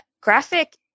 graphic